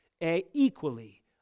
equally